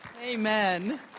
Amen